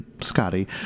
Scotty